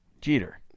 Jeter